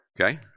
Okay